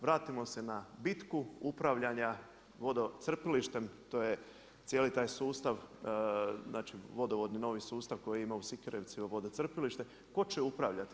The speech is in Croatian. Vratimo se na bitku upravljana vodocrpilištem, to je cijeli taj sustav, znači vodovodni novi sustav koji ima u Sikirevcima vodocrpilište, tko će upravljati?